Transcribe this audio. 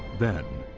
then,